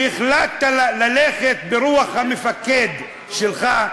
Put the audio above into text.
שהחלטת ללכת ברוח המפקד שלך,